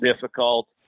difficult